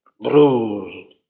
bruised